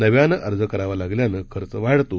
नव्यानं अर्ज करावा लागल्यानं खर्च वाढतो